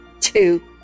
two